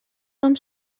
com